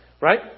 right